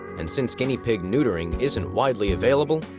and since guinea pig neutering isn't widely available,